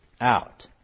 out